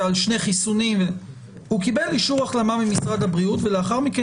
הוא קיבל אישור החלמה ממשרד הבריאות ולאחר מכן